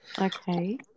Okay